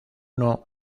uno